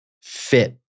fit